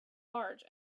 large